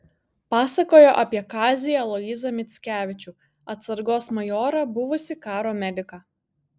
pasakojo apie kazį aloyzą mickevičių atsargos majorą buvusį karo mediką